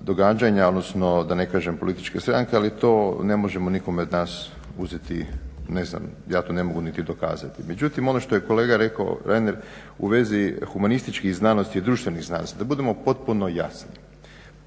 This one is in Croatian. događanja odnosno da ne kažem političke stranke, ali to ne možemo nikome od nas uzeti ne znam, ja to ne mogu niti dokazati. Međutim, ono što je kolega rekao Reiner u vezi humanističkih znanosti, društvenih znanosti da budemo potpuno jasni.